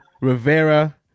rivera